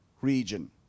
region